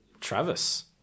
Travis